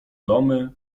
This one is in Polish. domy